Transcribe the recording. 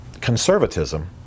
conservatism